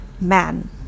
Man